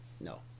No